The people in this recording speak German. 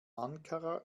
ankara